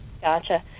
Gotcha